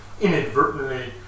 inadvertently